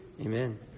amen